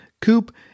coupe